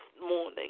morning